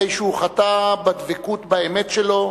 הרי שהוא "חטא" בדבקות באמת שלו,